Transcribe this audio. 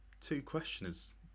two-questioners